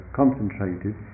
concentrated